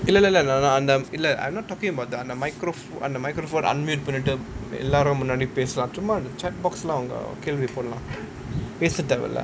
இல்ல இல்ல அந்த இல்ல:illa illa antha illa I'm not talking about the on the micro~ on the microphone unmute பண்ணிட்டு எல்லாரும் முன்னாடி பேசலாம்:pannittu ellaarum munnaadi pesalaam chat box கேள்வி போடலாம்:kelvi podalaam